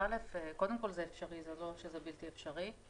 קודם כול, זה אפשרי, לא שזה בלתי אפשרי.